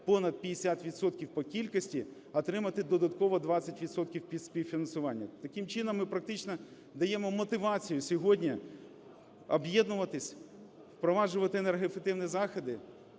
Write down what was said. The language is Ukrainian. відсотків по кількості, отримати додатково 20 відсотків від співфінансування. Таким чином, ми практично даємо мотивацію сьогодні об'єднуватись, впроваджувати енергоефективні заходи,